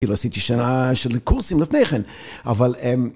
כאילו עשיתי שנה של קורסים לפני כן, אבל...